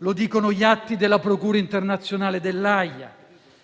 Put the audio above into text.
lo dicono gli atti della procura internazionale dell'Aja,